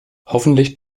hoffentlich